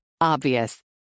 Obvious